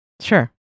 Sure